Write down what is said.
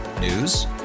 News